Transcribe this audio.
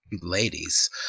ladies